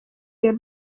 the